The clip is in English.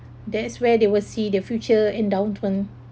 that's where they will see the future endowment